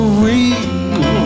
real